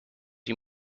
you